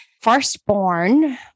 firstborn